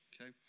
okay